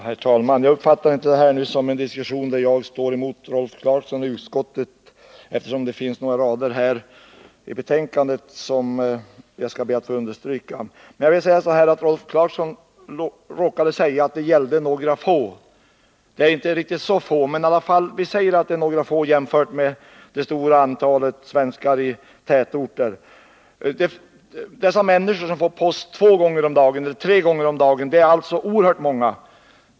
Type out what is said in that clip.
Herr talman! Jag uppfattar inte det här som en diskussion där jag står mot utskottets talesman Rolf Clarkson. Men det finns några rader i betänkandet som jag skall peka på. Rolf Clarkson sade att det bara var några få människor som inte fick sin post utburen varje dag. Så få är det inte, Rolf Clarkson. De flesta människor, inte minst i tätorterna, får sin post utburen två gånger eller t.o.m. tre gånger per dag.